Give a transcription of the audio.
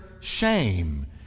shame